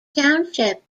township